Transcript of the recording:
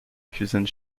cuisine